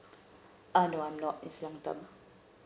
uh no I'm not it's